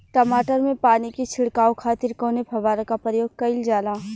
टमाटर में पानी के छिड़काव खातिर कवने फव्वारा का प्रयोग कईल जाला?